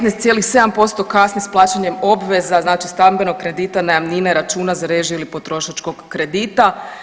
15,7% kasni s plaćanjem obveza stambenog kredita, najamnine, računa za režije ili potrošačkog kredita.